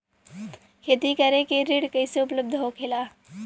खेती करे के ऋण कैसे उपलब्ध होखेला?